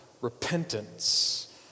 Repentance